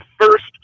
first